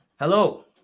Hello